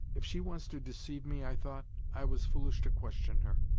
if she wants to deceive me, i thought, i was foolish to question her.